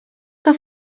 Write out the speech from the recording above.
que